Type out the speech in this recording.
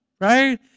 right